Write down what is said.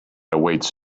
awaits